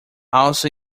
also